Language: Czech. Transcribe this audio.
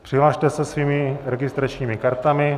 Přihlaste se svými registračními kartami.